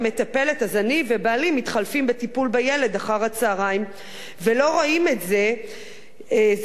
אז אני ובעלי מתחלפים בטיפול בילד אחר-הצהריים ולא רואים זה את זה ימים,